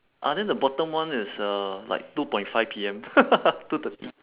ah then the bottom one is uh like two point five P_M two thirty